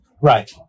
Right